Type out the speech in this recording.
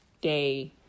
day